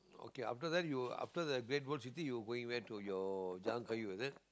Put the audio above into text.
okay after that you after the Great World City you going where to your Jalan-Kayu is it